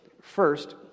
First